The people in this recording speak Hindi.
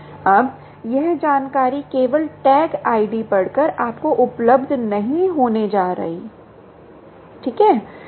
अब यह जानकारी केवल टैग ID पढ़कर आपको उपलब्ध नहीं होने जा रही है ठीक है